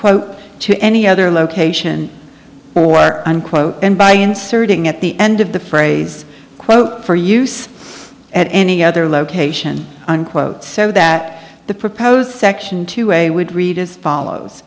quote to any other location or unquote and by inserting at the end of the phrase quote for use at any other location unquote so that the proposed section two way would read as follows